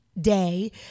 day